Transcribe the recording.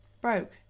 broke